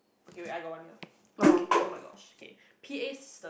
okay wait I got one ya okay oh-my-gosh okay P_A system